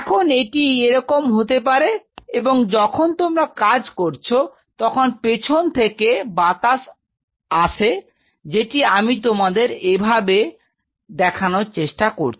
এখন এটি এরকম হতে পারে এবং যখন তোমরা কাজ করছ তখন পেছন থেকে বাতাস আছে যেটি আমি তোমাদের এভাবে দেখানোর চেষ্টা করছি